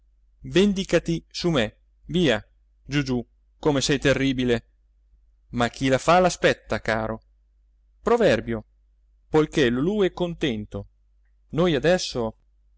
vendicati su me via giugiù come sei terribile ma chi la fa l'aspetta caro proverbio poiché lulù è contento noi adesso